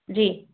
जी